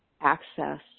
access